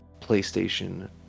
playstation